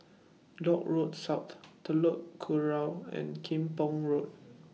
Dock Road South Telok Kurau and Kim Pong Road